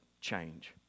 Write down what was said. change